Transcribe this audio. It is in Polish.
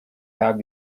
tak